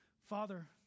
Father